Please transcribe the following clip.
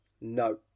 No